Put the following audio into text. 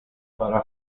para